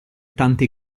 tanti